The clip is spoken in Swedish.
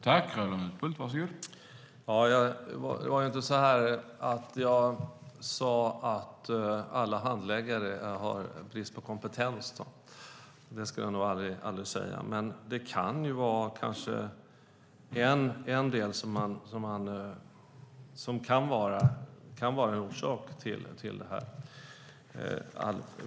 Herr talman! Det var inte så att jag sade att alla handläggare har brist på kompetens. Det skulle jag nog aldrig säga. Det kan dock vara en del av orsaken till detta.